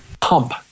pump